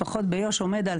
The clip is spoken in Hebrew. לפחות ביו"ש עומד על